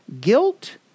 Guilt